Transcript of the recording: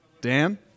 Dan